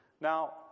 Now